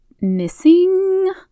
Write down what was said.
missing